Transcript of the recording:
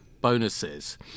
bonuses